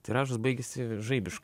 tiražas baigiasi žaibišk